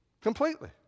completely